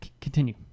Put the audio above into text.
continue